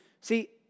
See